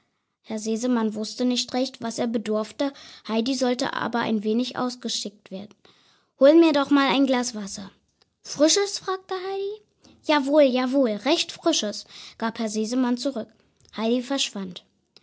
herr sesemann wusste nicht recht was er bedurfte heidi sollte aber ein wenig ausgeschickt werden hol mir doch mal ein glas wasser frisches fragte heidi jawohl jawohl recht frisches gab herr sesemann zurück heidi verschwand